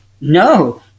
No